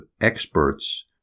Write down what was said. experts